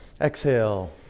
Exhale